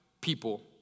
people